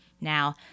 Now